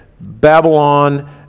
Babylon